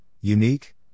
unique